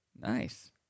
Nice